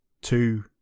two